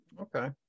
Okay